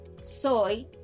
Soy